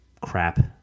crap